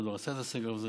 אף אחד לא רצה את הסגר הזה.